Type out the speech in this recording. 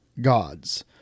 gods